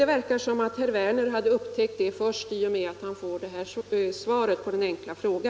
Det verkar som om herr Werner hade upptäckt det först i och med att han fick mitt svar på sin fråga.